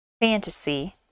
fantasy